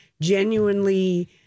genuinely